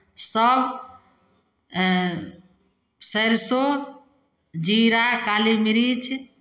सभ सैरसौ जीरा काली मिरीच